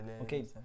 okay